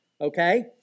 Okay